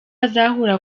azahura